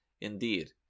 indeed